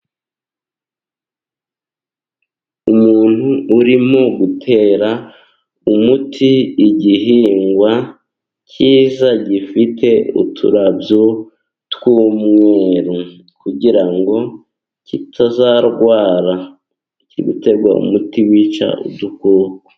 Umuntu urimo gutera umuti igihingwa çyiza gifite uturabyo tw'umweru, kugira ngo kitazarwara, kiri guterwa umuti wica udukoko.